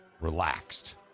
relaxed